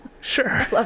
Sure